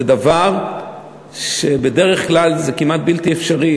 זה דבר שבדרך כלל כמעט בלתי אפשרי,